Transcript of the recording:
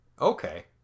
Okay